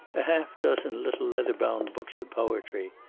a half-dozen little leather-bound books of poetry.